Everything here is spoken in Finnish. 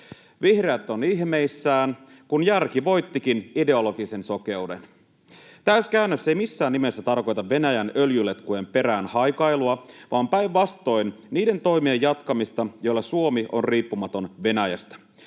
Vihreät on ihmeissään, kun järki voittikin ideologisen sokeuden. Täyskäännös ei missään nimessä tarkoita Venäjän öljyletkujen perään haikailua vaan päinvastoin niiden toimien jatkamista, joilla Suomi on riippumaton Venäjästä.